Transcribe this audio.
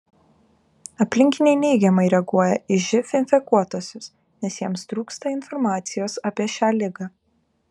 aplinkiniai neigiamai reaguoja į živ infekuotuosius nes jiems trūksta informacijos apie šią ligą